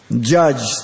Judged